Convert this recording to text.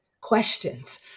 questions